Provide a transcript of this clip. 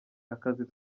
akazi